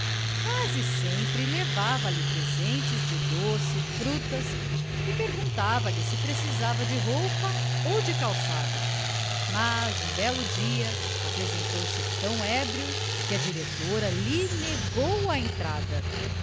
quase sempre levava-lhe presentes de doce frutas e perguntava-lhe se precisava de roupa ou de calçado mas um belo dia apresentou-se tão ébrio que a diretora lhe negou a entrada